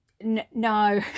No